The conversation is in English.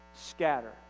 scatter